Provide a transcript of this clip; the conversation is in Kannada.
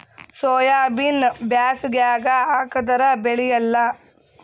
ಸೋಯಾಬಿನ ಬ್ಯಾಸಗ್ಯಾಗ ಹಾಕದರ ಬೆಳಿಯಲ್ಲಾ?